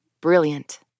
Brilliant